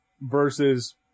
versus –